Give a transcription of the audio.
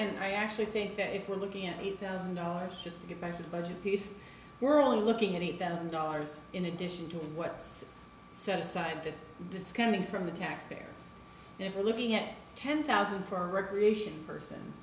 and i actually think that if we're looking at eight thousand dollars just to get back to the budget piece we're looking at eight billion dollars in addition to set aside that it's coming from the taxpayer and if we're looking at ten thousand for recreation person